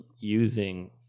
using